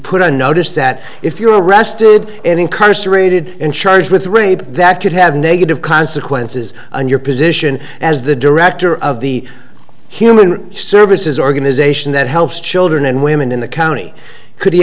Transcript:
put on notice that if you're arrested and incarcerated and charged with rape that could have negative consequences on your position as the director of the human services organization that helps children and women in the county could he